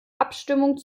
abstimmung